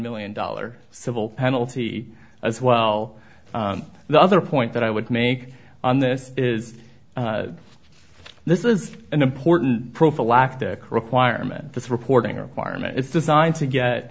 million dollar civil penalty as well the other point that i would make on this is this is an important prophylactic requirement this reporting requirement is designed to get